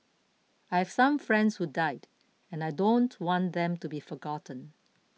I have some friends who died and I don't want them to be forgotten